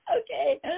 Okay